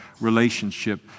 relationship